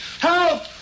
Help